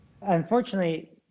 Unfortunately